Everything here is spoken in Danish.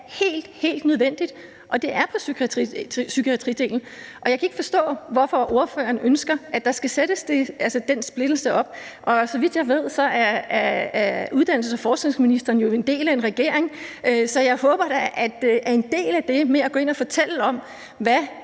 helt nødvendigt. Det er på psykiatridelen. Jeg kan ikke forstå, hvorfor ordføreren ønsker, at der skal sættes den splittelse op. Så vidt jeg ved, er uddannelses- og forskningsministeren jo en del af en regering, så jeg håber da, at en del af det med at gå ind og fortælle om, hvad